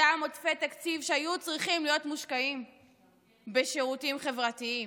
אותם עודפי תקציב שהיו צריכים להיות מושקעים בשירותים חברתיים,